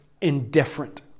indifferent